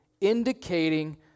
indicating